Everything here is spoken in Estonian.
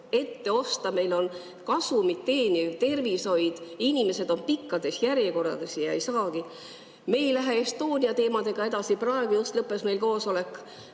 ette osta, meil on kasumit teeniv tervishoid, inimesed on pikkades järjekordades ja [abi] ei saagi. Me ei lähe Estonia teemaga edasi. Praegu just lõppes meil koosolek